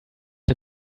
der